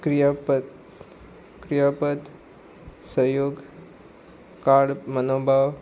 क्रियापद क्रियापद सहयोग काड मनोबाव